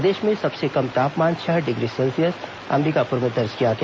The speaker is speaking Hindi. प्रदेश में सबसे कम तापमान छह डिग्री सेल्सियस अंबिकापुर में दर्ज किया गया